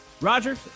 Roger